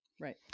Right